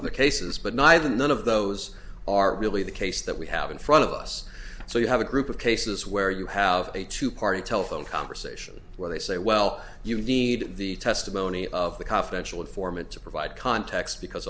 other cases but neither none of those are really the case that we have in front of us so you have a group of cases where you have a two party telephone conversation where they say well you need the testimony of the confidential informant to provide context because